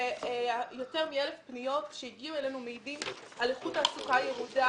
יותר מ-1,000 פניות שהגיעו אלינו מעידות על איכות תעסוקה ירודה,